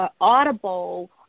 audible